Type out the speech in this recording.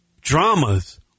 Dramas